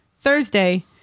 Thursday